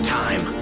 time